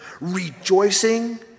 rejoicing